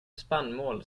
spannmål